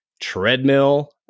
treadmill